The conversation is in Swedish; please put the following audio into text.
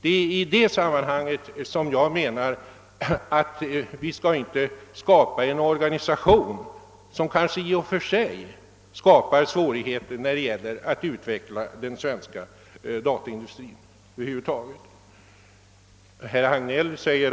Och vi skall ju inte skapa en organisation, som kan medföra svårigheter för den svenska datamaskinindustrins utveckling.